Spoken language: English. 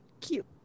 Cute